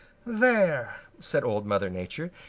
there, said old mother nature,